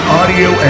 audio